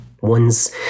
one's